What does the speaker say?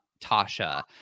Tasha